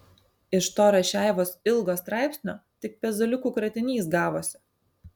iš to rašeivos ilgo straipsnio tik pezaliukų kratinys gavosi